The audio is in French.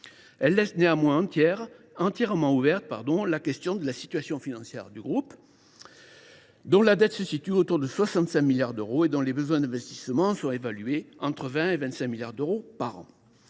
Elle laisse néanmoins entièrement ouverte la question de la situation financière du groupe, dont la dette se situe autour de 65 milliards d’euros et dont les besoins d’investissements sont évalués entre 20 et 25 milliards d’euros par an.